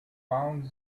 found